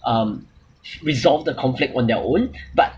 um resolve the conflict on their own but